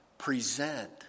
Present